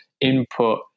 input